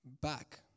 Back